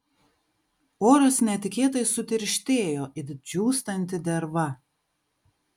oras netikėtai sutirštėjo it džiūstanti derva